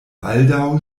baldaŭ